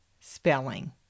spelling